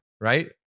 right